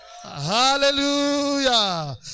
Hallelujah